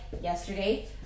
yesterday